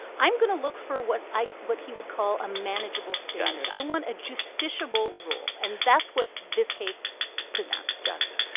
i'm going to look for what i what he would call a manageable standard. i want a justiciable rule. and that's what this case presents gotcha.